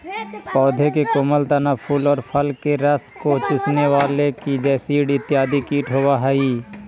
पौधों के कोमल तना, फूल और फल के रस को चूसने वाले की जैसिड इत्यादि कीट होवअ हई